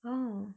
oh